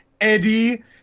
Eddie